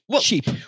cheap